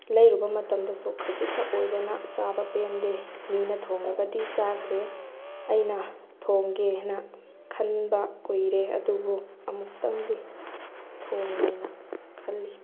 ꯂꯩꯔꯨꯕ ꯃꯇꯝꯗꯁꯨ ꯈꯖꯤꯛꯈꯛ ꯑꯣꯏꯕꯅ ꯆꯥꯕ ꯄꯦꯟꯗꯦ ꯃꯤꯅ ꯊꯣꯡꯂꯒꯗꯤ ꯆꯥꯈ꯭ꯔꯦ ꯑꯩꯅ ꯊꯣꯡꯒꯦꯅ ꯈꯟꯕ ꯀꯨꯏꯔꯦ ꯑꯗꯨꯕꯨ ꯑꯃꯨꯛꯇꯪꯗꯤ ꯊꯣꯡꯒꯦꯅ ꯈꯜꯂꯤ